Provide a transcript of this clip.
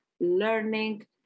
learning